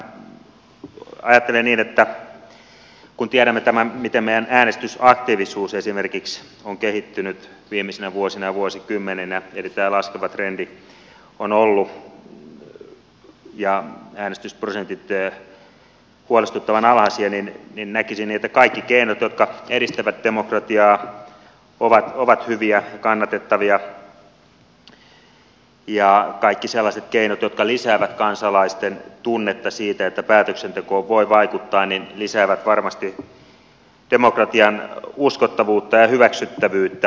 ajattelen niin että kun tiedämme tämän miten esimerkiksi meidän äänestysaktiivisuus on kehittynyt viimeisinä vuosina ja vuosikymmeninä eli tämä laskeva trendi on ollut ja äänestysprosentit huolestuttavan alhaisia niin näkisin niin että kaikki keinot jotka edistävät demokratiaa ovat hyviä ja kannatettavia ja kaikki sellaiset keinot jotka lisäävät kansalaisten tunnetta siitä että päätöksentekoon voi vaikuttaa lisäävät varmasti demokratian uskottavuutta ja hyväksyttävyyttä